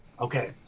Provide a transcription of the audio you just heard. Okay